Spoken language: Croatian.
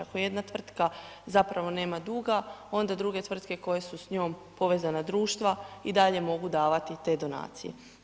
Ako jedna tvrtka zapravo nema duga, onda druge tvrtke, koje su s njom povezana društva i dalje mogu davati te donacije.